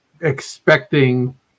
expecting